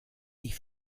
ich